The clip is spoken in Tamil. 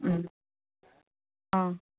ம் ஆ